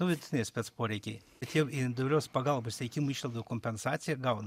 nu vidutiniai spec poreikiai tai jau individualios pagalbos teikimo išlaidų kompensaciją gauna